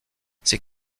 ses